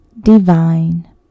divine